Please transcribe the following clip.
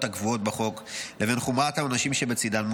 הקבועות בחוק לבין חומרת העונשים שבצידן,